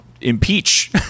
impeach